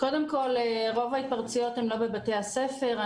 קודם כול, רוב ההתפרצות הן לא בבתי הספר.